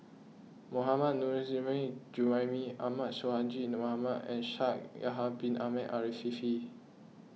Mohammad Nurrasyid Juraimi Ahmad Sonhadji Mohamad and Shaikh Yahya Bin Ahmed Afifi